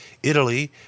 Italy